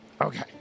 Okay